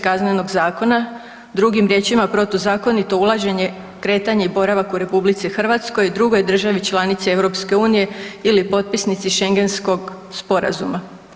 Kaznenog zakona drugim riječima protuzakonito ulaženje, kretanje i boravak u RH, drugoj državi članici EU ili potpisnici Schengenskog sporazuma.